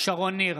שרון ניר,